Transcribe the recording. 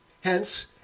Hence